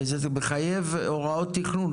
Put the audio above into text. וזה מחייב הוראות תכנון,